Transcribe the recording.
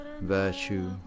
virtue